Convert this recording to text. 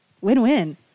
win-win